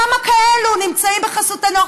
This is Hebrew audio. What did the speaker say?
כמה כאלה נמצאים בחסותנו?